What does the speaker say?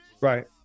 Right